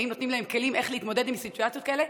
האם נותנים להם כלים להתמודד עם סיטואציות כאלה?